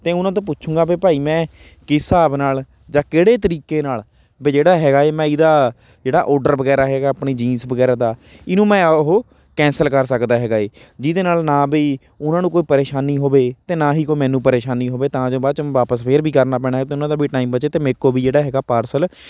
ਅਤੇ ਉਨ੍ਹਾਂ ਤੋਂ ਪੁੱਛੂੰਗਾ ਬਈ ਭਾਈ ਮੈਂ ਕਿਸ ਹਿਸਾਬ ਨਾਲ ਜਾਂ ਕਿਹੜੇ ਤਰੀਕੇ ਨਾਲ ਬਈ ਜਿਹੜਾ ਹੈਗਾ ਹੈ ਮੈਂ ਇਹਦਾ ਜਿਹੜਾ ਓਡਰ ਵਗੈਰਾ ਹੈਗਾ ਆਪਣੀ ਜੀਨਸ ਵਗੈਰਾ ਦਾ ਇਹਨੂੰ ਮੈਂ ਉਹ ਕੈਂਸਲ ਕਰ ਸਕਦਾ ਹੈਗਾ ਹੈ ਜਿਹਦੇ ਨਾਲ਼ ਨਾ ਬਈ ਉਨ੍ਹਾਂ ਨੂੰ ਕੋਈ ਪਰੇਸ਼ਾਨੀ ਹੋਵੇ ਅਤੇ ਨਾ ਹੀ ਕੋਈ ਮੈਨੂੰ ਪਰੇਸ਼ਾਨੀ ਹੋਵੇ ਤਾਂ ਜੋ ਬਾਅਦ 'ਚੋਂ ਮੈਂ ਵਾਪਸ ਫੇਰ ਵੀ ਕਰਨਾ ਪੈਣਾ ਹੈ ਅਤੇ ਉਹਨਾਂ ਦਾ ਵੀ ਟਾਈਮ ਬਚੇ ਅਤੇ ਮੇਰੇ ਕੋਲ ਵੀ ਜਿਹੜਾ ਹੈਗਾ ਪਾਰਸਲ